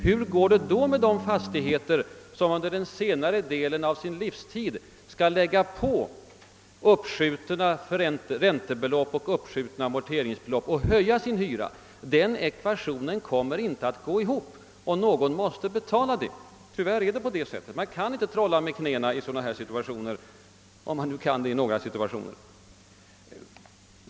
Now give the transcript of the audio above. Hur blir det då med de fastigheter som under senare delen av sin livstid skall lägga på uppskjutna ränteoch amorteringsbelopp och höja sina hyror? Den ekvationen komer inte att gå ihop. Och någon måste betala. Tyvärr är det på det sättet. Man kan inte trolla med knäna i sådana här situationer — om man nu kan göra det i andra.